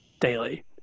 daily